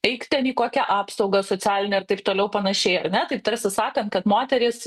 eik ten į kokią apsaugą socialinę ir taip toliau panašiai ar ne taip tarsi sakant kad moteris